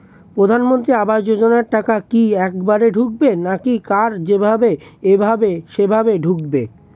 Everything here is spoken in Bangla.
প্রধানমন্ত্রী আবাস যোজনার টাকা কি একবারে ঢুকবে নাকি কার যেভাবে এভাবে সেভাবে ঢুকবে?